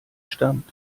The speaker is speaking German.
stammt